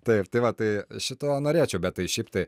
taip tai va tai šito norėčiau bet tai šiaip tai